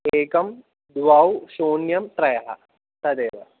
एकं द्वौ शून्यं त्रयः तदेव